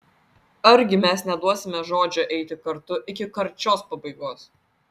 argi mes neduosime žodžio eiti kartu iki karčios pabaigos